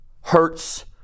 hurts